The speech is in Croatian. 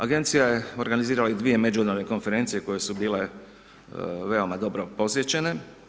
Agencija je organizirala i dvije međunarodne konferencije koje su bile veoma dobro posjećene.